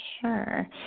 Sure